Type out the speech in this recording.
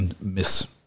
Miss